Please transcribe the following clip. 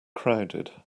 crowded